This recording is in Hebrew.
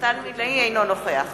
אינו נוכח